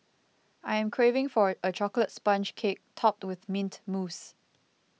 I am craving for a a Chocolate Sponge Cake Topped with Mint Mousse